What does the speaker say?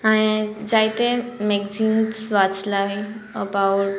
हांयें जायते मॅगझिन्स वाचलाय अबावट